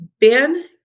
Ben